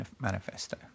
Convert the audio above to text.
manifesto